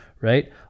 right